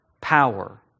power